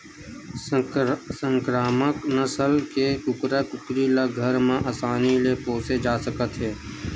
संकरामक नसल के कुकरा कुकरी ल घर म असानी ले पोसे जा सकत हे